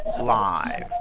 live